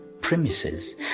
premises